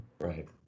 Right